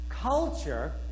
Culture